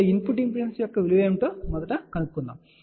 కాబట్టి input impedance యొక్క విలువ ఏమిటో మొదట లెక్కిద్దాం